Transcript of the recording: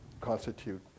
constitute